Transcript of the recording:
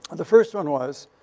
the first one was,